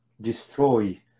destroy